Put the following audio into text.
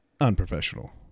unprofessional